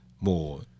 more